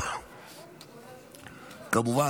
אדוני.